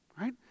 Right